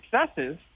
successes